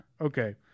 Okay